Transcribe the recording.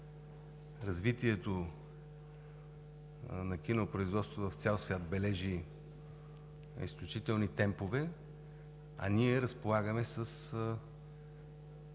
Развитието на кинопроизводството в цял свят бележи изключителни темпове, а ние разполагаме с